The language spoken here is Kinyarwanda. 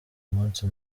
munsi